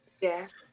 Yes